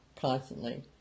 Constantly